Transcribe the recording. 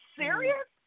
serious